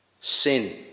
Sin